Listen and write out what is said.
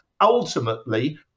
ultimately